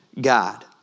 God